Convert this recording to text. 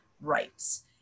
rights